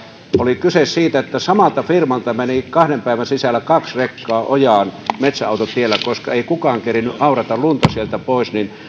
oli kyse siitä että samalta firmalta meni kahden päivän sisällä kaksi rekkaa ojaan metsäautotiellä koska ei kukaan kerinnyt aurata lunta sieltä pois